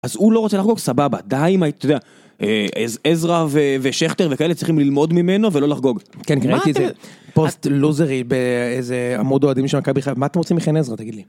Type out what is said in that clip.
אז הוא לא רוצה לחגוג? סבבה. די עם, אתה יודע, עזרא ושכטר וכאלה צריכים ללמוד ממנו ולא לחגוג. כן, קראתי איזה פוסט לוזרי באיזה עמוד אוהדים של מכבי חיפה. מה אתם רוצים מחן עזרא תגיד לי.